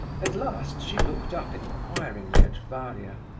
at last she looked up inquiringly at varia.